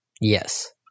Yes